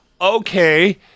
okay